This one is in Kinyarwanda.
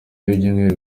y’ibyumweru